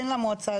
כן למועצה,